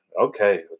okay